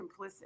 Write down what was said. complicit